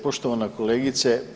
Poštovana kolegice.